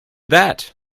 that